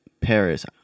Paris